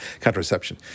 contraception